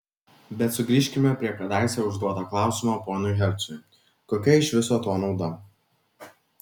bet sugrįžkime prie kadaise užduoto klausimo ponui hercui kokia iš viso to nauda